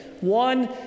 One